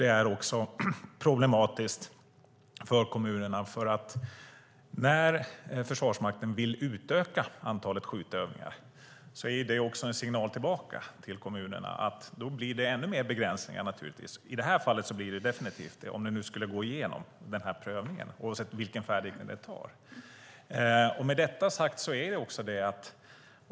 Det är också problematiskt för kommunerna att när Försvarsmakten vill utöka antalet skjutövningar är det en signal tillbaka till kommunerna att det blir ännu mer begränsningar. I det här fallet blir det definitivt så om prövningen går igenom.